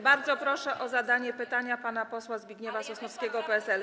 Bardzo proszę o zadanie pytania pana posła Zbigniewa Sosnowskiego, PSL.